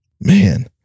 Man